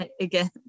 again